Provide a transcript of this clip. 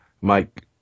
Mike